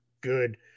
good